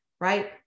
right